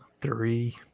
three